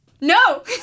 no